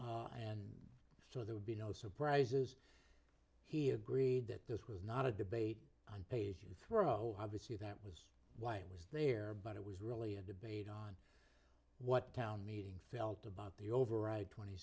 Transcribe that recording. and so there would be no surprises he agreed that this was not a debate on page you throw obviously that was why it was there but it was really a debate on what town meeting felt about the override twenty